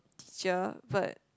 teacher but